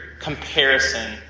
comparison